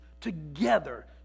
together